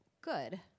good